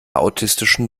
autistischen